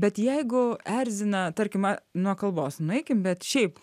bet jeigu erzina tarkime nuo kalbos nueikim bet šiaip